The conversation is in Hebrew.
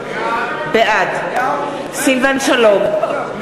בעד סילבן שלום,